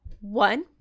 one